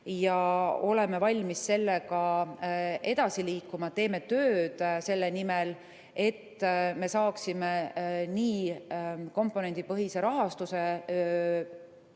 Oleme valmis sellega edasi liikuma. Teeme tööd selle nimel, et me saaksime komponendipõhise rahastuse juurutada